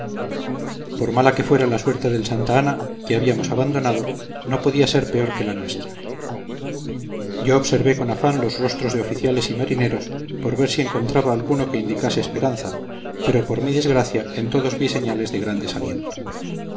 por mala que fuera la suerte del santa ana que habíamos abandonado no podía ser peor que la nuestra yo observé con afán los rostros de oficiales y marineros por ver si encontraba alguno que indicase esperanza pero por mi desgracia en todos vi señales de gran desaliento